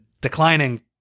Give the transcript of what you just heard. declining